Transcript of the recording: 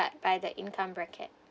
by the income bracket